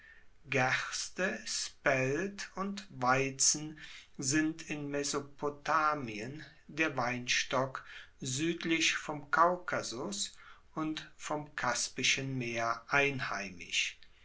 gerste spelt und weizen sind in mesopotamien der weinstock suedlich vom kaukasus und vom kaspischen meer einheimisch